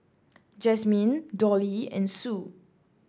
Jazmine Dolly and Sue